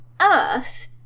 earth